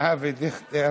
אבי דיכטר.